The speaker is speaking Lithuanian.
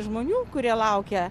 žmonių kurie laukė